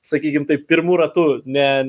sakykim taip pirmu ratu ne